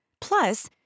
Plus